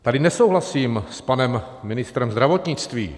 Tady nesouhlasím s panem ministrem zdravotnictví.